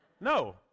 No